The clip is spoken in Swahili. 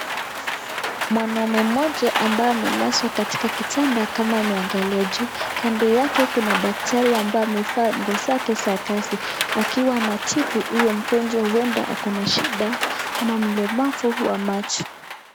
Mwanaume mmoja ambaye amelazwa katika kitanda kama ameangalia juu. Kando yake kuna daktari ambaye amevaa nguo zake za kazi, akiwa anatibu huyo mgonjwa huenda ako na shida ama mlemavu wa macho.